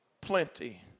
plenty